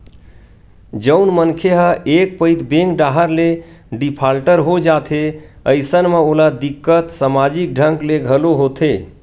जउन मनखे ह एक पइत बेंक डाहर ले डिफाल्टर हो जाथे अइसन म ओला दिक्कत समाजिक ढंग ले घलो होथे